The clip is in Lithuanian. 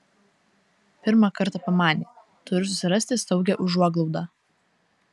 pirmą kartą pamanė turiu susirasti saugią užuoglaudą